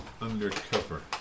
undercover